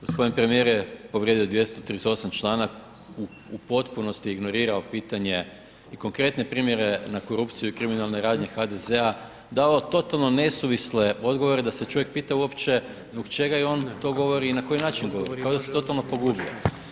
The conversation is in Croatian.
Gospodin premijer je povrijedio 238. članak, u potpunosti je ignorirao pitanje i konkretne primjere na korupciju i kriminalne radnje HDZ-a, dao je totalno nesuvisle odgovore da se čovjek pita uopće zbog čega on to govori i na koji način govori, kao da se totalno pogubio.